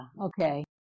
Okay